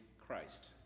Christ